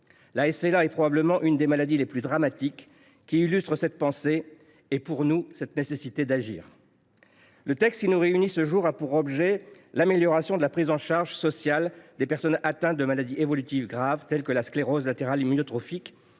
La SLA est probablement une des maladies les plus dramatiques ; elle illustre cette pensée et, pour nous, la nécessité d’agir. Le texte qui nous réunit ce jour a pour objet l’amélioration de la prise en charge sociale des personnes atteintes de maladies évolutives graves comme la sclérose latérale amyotrophique,